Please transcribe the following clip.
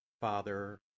Father